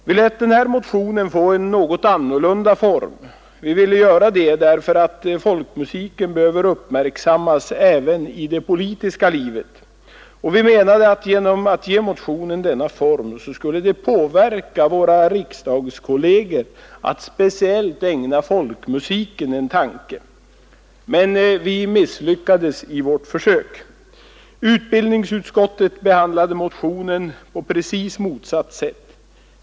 Vi lät den här motionen få en något annorlunda form. Vi ville göra det därför att folkmusiken behöver uppmärksammas även i det politiska livet, och vi menade att genom att ge motionen denna form, skulle vi påverka våra riksdagskolleger att speciellt ägna folkmusiken en tanke, men vi misslyckades i vårt försök. Utbildningsutskottet behandlade motionen på precis motsatt sätt.